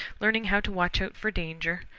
learning how to watch out for danger,